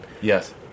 Yes